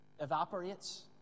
evaporates